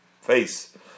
face